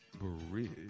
bridge